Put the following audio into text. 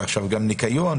ועכשיו גם ניקיון,